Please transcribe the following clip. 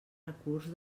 recurs